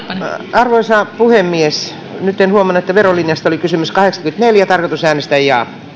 arvoisa puhemies nyt en huomannut että verolinjasta oli kysymys kohdassa kahdeksankymmentäneljä tarkoitus oli äänestää